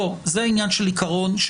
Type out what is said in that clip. וזה עניין של עיקרון,